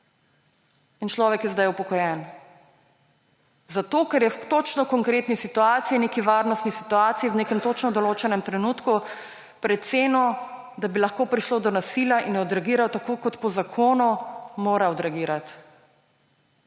In človek je zdaj upokojen zato, ker je v točno konkretni situaciji, neki varnostni situaciji, v nekem točno določenem trenutku precenil, da bi lahko prišlo do nasilja, in odreagiral tako, kot po zakonu mora odreagirati.